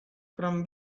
from